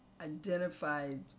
identified